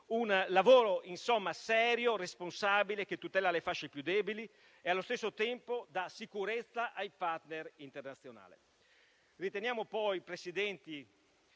insomma, serio e responsabile, che tutela le fasce più deboli e che, allo stesso tempo, dà sicurezza ai *partner* internazionali.